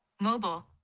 mobile